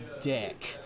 dick